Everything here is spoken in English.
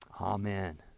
Amen